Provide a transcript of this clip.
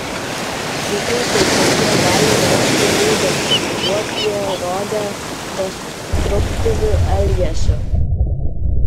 lygiai taip pat jie gali reikšti liūdesį užuot jį rodę destruktyviu elgesiu